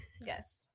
Yes